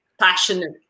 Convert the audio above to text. passionate